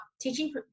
teaching